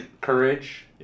courage